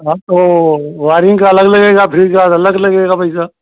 हाँ तो वाइरिंग का अलग लगेगा फ्रिज का अलग लगेगा पैसा